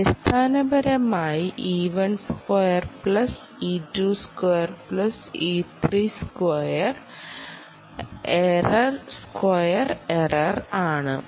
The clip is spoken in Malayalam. അടിസ്ഥാനപരമായി സ്ക്വയർ എറർ ആണ്